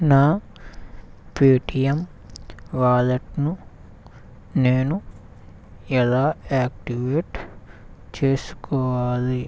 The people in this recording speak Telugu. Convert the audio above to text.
నా పేటిఎమ్ వాలెట్ను నేను ఎలా యాక్టివేట్ చేసుకోవాలి